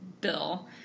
bill